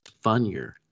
funnier